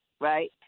right